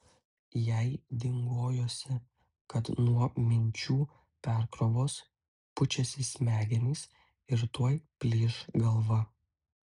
jai dingojosi kad nuo minčių perkrovos pučiasi smegenys ir tuoj plyš galva